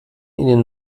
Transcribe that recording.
ihnen